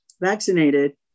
vaccinated